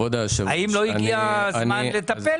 האם לא הגיע הזמן לטפל